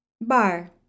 Bar